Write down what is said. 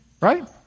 right